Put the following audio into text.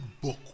book